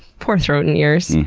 poor throat and ears.